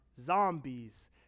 zombies